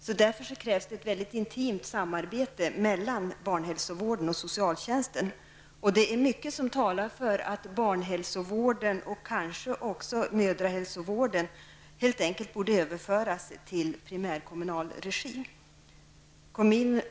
Det krävs därför ett mycket intimt samarbete mellan barnhälsovården och socialtjänsten. Det är mycket som talar för att barnhälsovården och kanske också mödrahälsovården helt enkelt borde överföras till primärkommunal regi.